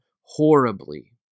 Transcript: horribly